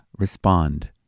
respond